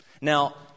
Now